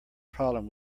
problem